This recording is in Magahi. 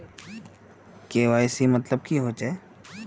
के.वाई.सी मतलब की होचए?